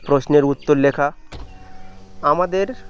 প্রশ্নের উত্তর লেখা আমাদের